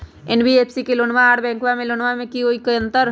NBFC से लोनमा आर बैंकबा से लोनमा ले बे में कोइ अंतर?